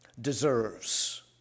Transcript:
deserves